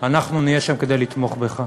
אנחנו נהיה שם כדי לתמוך בך.